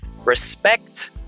respect